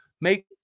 Make